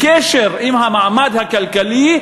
עם המעמד הכלכלי,